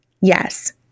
Yes